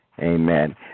Amen